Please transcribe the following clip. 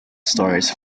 stars